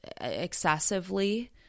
excessively